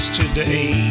today